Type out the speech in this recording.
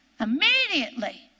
immediately